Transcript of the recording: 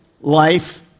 life